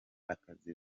akazi